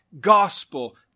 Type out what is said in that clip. gospel